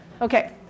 Okay